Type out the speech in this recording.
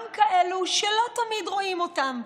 גם כאלה שלא תמיד רואים אותם,